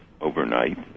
overnight